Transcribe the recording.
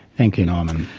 thank you norman.